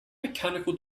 mechanical